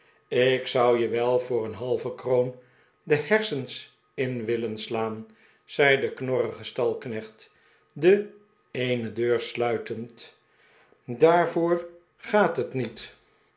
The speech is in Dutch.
ik zou je wel voor een halve kroon de hersens in willen slaan zei de knorrige stalknecht de eene deur sluitend daarvoor gaat het niet